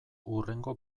hurrengo